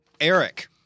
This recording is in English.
Eric